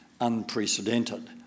unprecedented